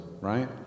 right